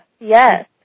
yes